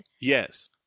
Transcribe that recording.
Yes